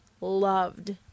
loved